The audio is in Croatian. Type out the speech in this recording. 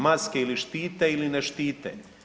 Maske ili štite ili ne štite.